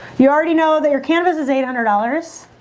you already know that your canvas is eight hundred dollars.